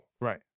Right